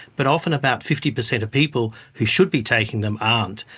but often about fifty percent of people who should be taking them aren't,